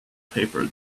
paper